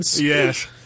Yes